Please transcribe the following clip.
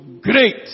great